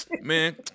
man